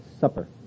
supper